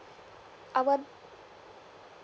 our